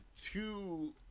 two